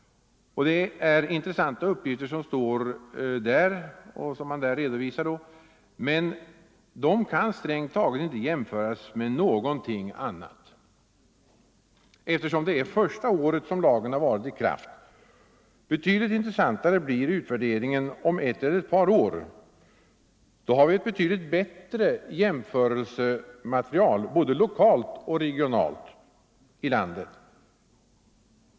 Det är intressanta uppgifter som där redovisas, men de kan strängt taget inte jämföras med någonting annat, eftersom det är första året som lagen varit i kraft. Betydligt intressantare blir utvärderingen om ett eller ett par år. Då har vi ett bättre jämförelsematerial både lokalt och regionalt.